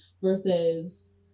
versus